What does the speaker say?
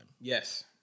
Yes